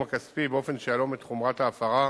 הכספי באופן שיהלום את חומרת ההפרה,